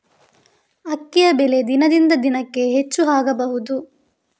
ಅಕ್ಕಿಯ ಬೆಲೆ ದಿನದಿಂದ ದಿನಕೆ ಹೆಚ್ಚು ಆಗಬಹುದು?